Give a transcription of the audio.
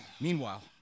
Meanwhile